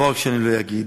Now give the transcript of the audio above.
לא רק שאני אגיד,